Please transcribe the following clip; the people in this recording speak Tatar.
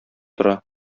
тора